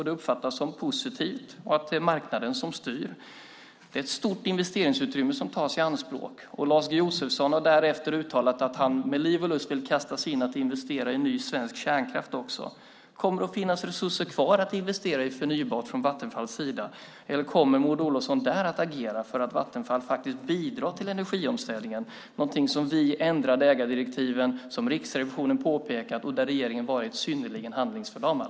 Det uppfattas som att det är positivt och att det är marknaden som styr. Det är ett stort investeringsutrymme som tas i anspråk. Lars G Josefsson har därefter uttalat att han med liv och lust vill kasta sig in och investera i ny svensk kärnkraft också. Kommer det att finnas resurser kvar att investera i förnybart från Vattenfalls sida? Kommer Maud Olofsson att agera för att Vattenfall faktiskt ska bidra till energiomställningen? Det är någonting som vi ändrade i ägardirektiven, som Riksrevisionen påpekat och där regeringen varit synnerligen handlingsförlamad.